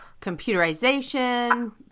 computerization